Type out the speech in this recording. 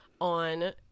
on